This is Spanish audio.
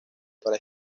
para